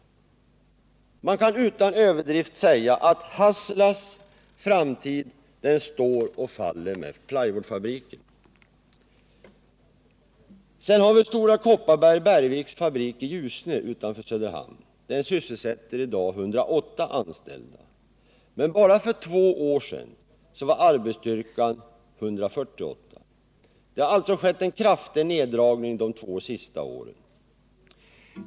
Man kan utan överdrift säga att Hasselas framtid står och faller med plywoodfabriken. Stora Kopparberg-Bergviks fabrik i Ljusne utanför Söderhamn sysselsätter i dag 108 anställda. Bara för två år sedan var arbetsstyrkan 148. En kraftig neddragning har alltså skett de två senaste åren.